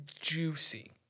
juicy